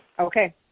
Okay